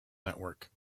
network